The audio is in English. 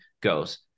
goes